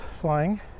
flying